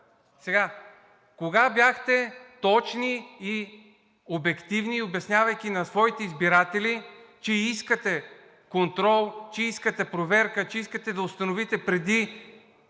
Сега, кога бяхте точни и обективни, обяснявайки на своите избиратели, че искате контрол, че искате проверка, че искате да установите преди